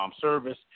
service